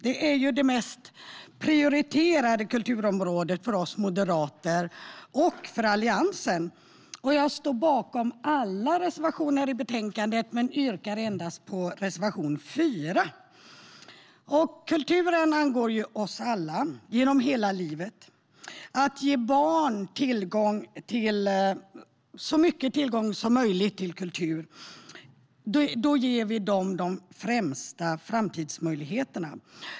Detta är det mest prioriterade kulturområdet för oss moderater och för Alliansen. Jag står bakom alla reservationer i betänkandet men yrkar bifall endast till reservation 4. Kulturen angår oss alla genom hela livet. Genom att ge barn så stor tillgång som möjligt till kultur ger vi dem de främsta framtidsmöjligheterna.